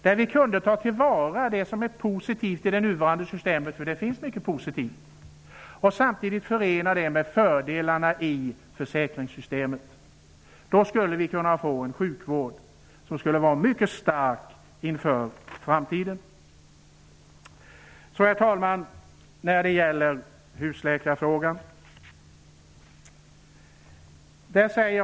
Vi skulle kunna ta till vara det som är positivt i det nuvarande systemet -- det finns mycket positivt -- och samtidigt förena det med fördelarna i försäkringssystemet. Då skulle vi kunna få en sjukvård som skulle vara mycket stark inför framtiden. Herr talman! Så till husläkarfrågan.